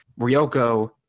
Ryoko